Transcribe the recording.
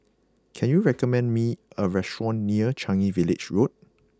can you recommend me a restaurant near Changi Village Road